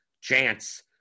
chance